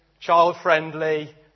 child-friendly